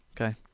Okay